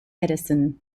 edison